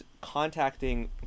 contacting